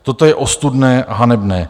Toto je ostudné a hanebné.